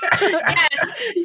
Yes